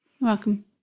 welcome